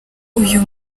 uyu